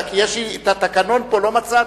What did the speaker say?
כי יש לי התקנון פה, לא מצאתי.